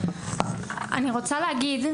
אני רוצה להגיד,